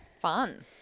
Fun